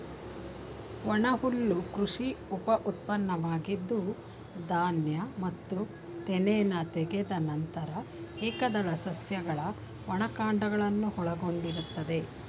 ಒಣಹುಲ್ಲು ಕೃಷಿ ಉಪಉತ್ಪನ್ನವಾಗಿದ್ದು ಧಾನ್ಯ ಮತ್ತು ತೆನೆನ ತೆಗೆದ ನಂತರ ಏಕದಳ ಸಸ್ಯಗಳ ಒಣ ಕಾಂಡಗಳನ್ನು ಒಳಗೊಂಡಿರ್ತದೆ